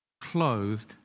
clothed